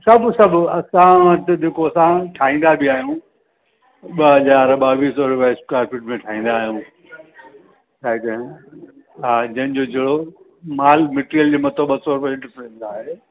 सभु सभु असां वटि जेको असां ठाहींदा बि आहियूं ॿ हज़ार ॿावीह सौ रुपए स्क्वायर फ़ीट में ठाहींदा आहियूं छा चएं हा जंहिंजो जहिड़ो मालु मटेरियल जे मथां ॿ सौ फ़ीट पवंदो आहे